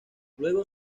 luego